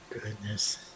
Goodness